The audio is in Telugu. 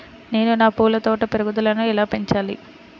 నేను నా పూల తోట పెరుగుదలను ఎలా పెంచాలి?